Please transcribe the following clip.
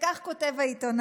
וכך כותב העיתונאי: